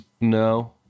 No